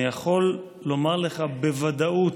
אני יכול לומר לך בוודאות,